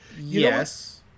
Yes